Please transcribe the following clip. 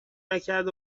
نکرد